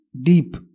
deep